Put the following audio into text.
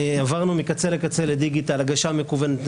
עברנו מקצה לקצה בדיגיטל: הגשה מקוונת,